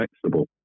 flexible